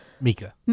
Mika